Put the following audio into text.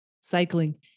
cycling